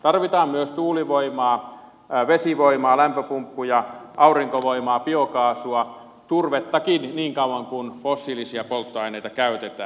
tarvitaan myös tuulivoimaa vesivoimaa lämpöpumppuja aurinkovoimaa biokaasua turvettakin niin kauan kuin fossiilisia polttoaineita käytetään